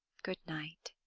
good night!